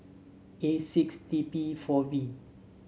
A six T P four V